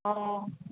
অঁ